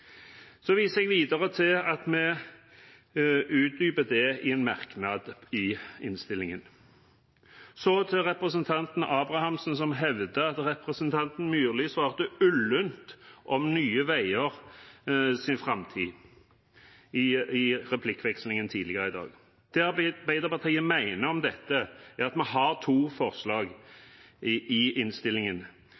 viser videre til at vi utdyper det i en merknad i innstillingen. Så til representanten Sundbø Abrahamsen, som hevder at representanten Myrli svarte ullent om Nye Veiers framtid i replikkvekslingen tidligere i dag. Det Arbeiderpartiet mener om dette, er at vi har to forslag